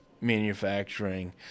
manufacturing